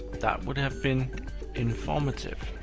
that would have been informative.